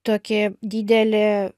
tokį didelį